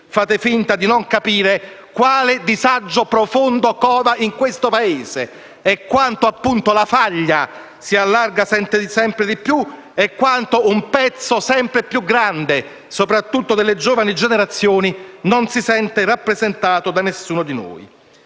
fate finta di non capire quale disagio profondo cova in questo Paese, quanto la faglia si allarghi sempre di più e quanto un pezzo sempre più grande, soprattutto delle giovani generazioni, non si senta rappresentato da nessuno di noi.